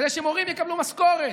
כדי שמורים יקבלו משכורת,